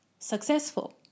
successful